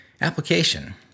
Application